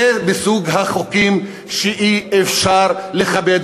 זה מסוג החוקים שאי-אפשר לכבד,